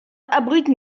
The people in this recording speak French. abrite